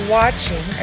watching